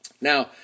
Now